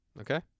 Okay